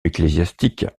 ecclésiastique